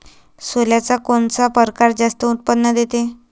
सोल्याचा कोनता परकार जास्त उत्पन्न देते?